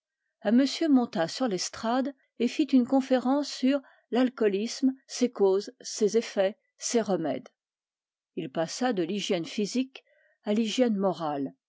monsieur monta sur l'estrade et fit une conférence sur l'alcoolisme ses causes ses effets ses remèdes il passa de l'hygiène physique à l'hygiène morale